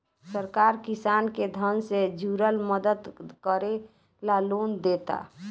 सरकार किसान के धन से जुरल मदद करे ला लोन देता